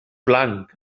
blanc